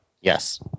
Yes